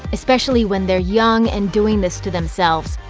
especially when they're young and doing this to themselves.